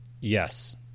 Yes